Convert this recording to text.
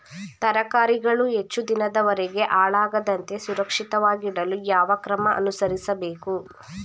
ತರಕಾರಿಗಳು ಹೆಚ್ಚು ದಿನದವರೆಗೆ ಹಾಳಾಗದಂತೆ ಸುರಕ್ಷಿತವಾಗಿಡಲು ಯಾವ ಕ್ರಮ ಅನುಸರಿಸಬೇಕು?